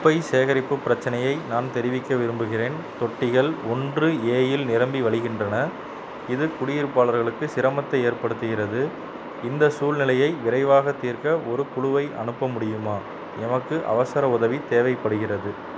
குப்பை சேகரிப்புப் பிரச்சனையை நான் தெரிவிக்க விரும்புகிறேன் தொட்டிகள் ஒன்று ஏ இல் நிரம்பி வழிகின்றன இது குடியிருப்பாளர்களுக்கு சிரமத்தை ஏற்படுத்துகிறது இந்தச் சூழ்நிலையை விரைவாக தீர்க்க ஒரு குழுவை அனுப்ப முடியுமா எமக்கு அவசர உதவித் தேவைப்படுகிறது